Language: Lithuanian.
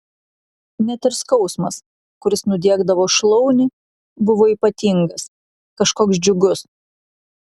net ir skausmas kuris nudiegdavo šlaunį buvo ypatingas kažkoks džiugus